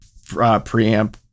preamp